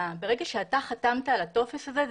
ברגע שאתה חתמת על הטופס הזה,